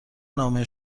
نامه